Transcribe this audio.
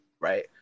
Right